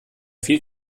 viel